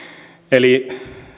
eli